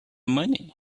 money